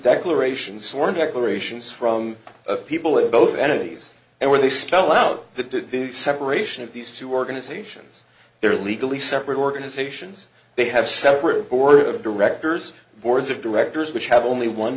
declarations sworn declarations from people of both entities and when they spell out the separation of these two organizations they're legally separate organizations they have separate board of directors boards of directors which have only one